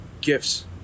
gifts